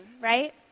right